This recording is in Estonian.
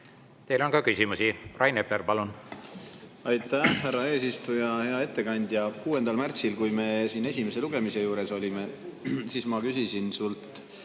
Teile on ka küsimusi. Rain Epler, palun! Aitäh, härra eesistuja! Hea ettekandja! 6. märtsil, kui me esimese lugemise juures olime, siis ma küsisin sult,